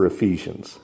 Ephesians